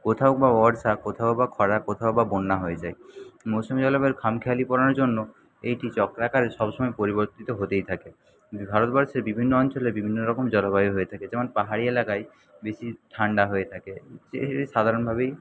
কোথাও বা বর্ষা কোথাও বা খরা কোথাও বা বন্যা হয়ে যায় মৌসুমী জলবায়ুর খামখেয়ালীপনার জন্য এইটি চক্রাকারে সব সময় পরিবর্তিত হতেই থাকে ভারতবর্ষের বিভিন্ন অঞ্চলে বিভিন্ন রকম জলবায়ু হয়ে থাকে যেমন পাহাড়ি এলাকায় বেশি ঠান্ডা হয়ে থাকে যে সাধারণভাবেই